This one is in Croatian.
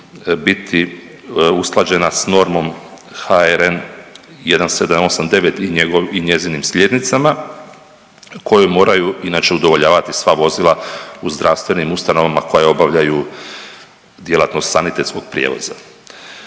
biti usklađena s normom HRN 1789 i njezinim sljednicama koje moraju inače udovoljavati sva vozila u zdravstvenim ustanovama koje obavljaju djelatnosti sanitetskog prijevoza.